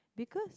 because